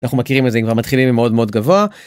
אנחנו מכירים את זה הם מתחילים מאוד מאוד גבוה.